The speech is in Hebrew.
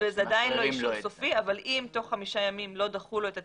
זה עדיין אישור סופי אבל אם תוך חמישה ימים לא דחו לו את התצהיר,